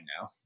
now